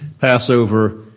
Passover